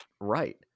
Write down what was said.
right